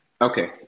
Okay